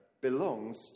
belongs